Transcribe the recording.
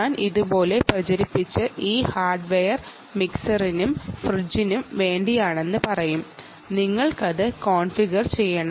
നിങ്ങൾ അത് കോൺഫിഗർ ചെയ്യണം